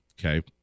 Okay